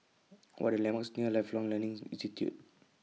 What Are The landmarks near Lifelong Learning Institute